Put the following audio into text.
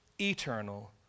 eternal